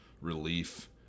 relief